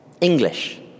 English